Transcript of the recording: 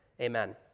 Amen